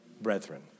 brethren